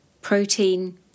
Protein